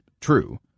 true